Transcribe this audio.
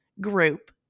group